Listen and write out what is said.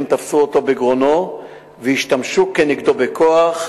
תפסו אותו בגרונו והשתמשו כנגדו בכוח,